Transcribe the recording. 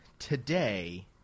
Today